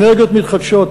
אנרגיות מתחדשות,